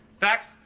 Facts